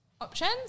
options